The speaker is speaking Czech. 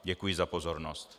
Děkuji za pozornost.